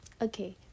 Okay